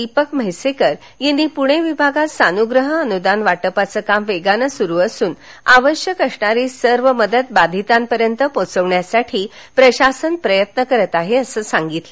दीपक म्हैसेकर यांनी पुणे विभागात सानुग्रह अनुदान वाटपाचे काम वेगाने सुरू असून आवश्यक असणारी सर्व मदत बाधितांपर्यंत पोचविण्यासाठी प्रशासन प्रयत्न करत आहे असं सांगितलं